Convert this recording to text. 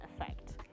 effect